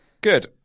good